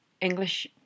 English